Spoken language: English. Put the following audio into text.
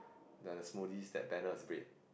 the the smoothies that banner is a bit